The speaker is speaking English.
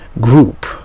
group